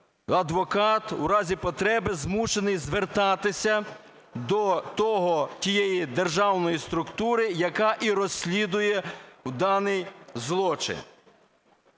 адвокат у разі потреби змушений звертатися до тієї державної структури, яка і розслідує даний злочин.